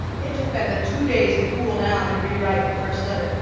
it took benda two days to cool down and rewrite the first letter.